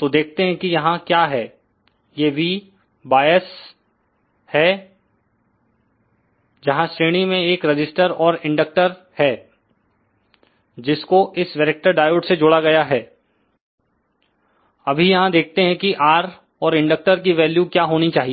तो देखते हैं कि यहां क्या है ये V वायस है जहां श्रेणी में एक रजिस्टर और इंडक्टर है जिसको इस वैरेक्टर डायोड से जोड़ा गया है अभी यहां देखते हैं कि R और इंडक्टर की वैल्यू क्या होनी चाहिए